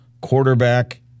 quarterback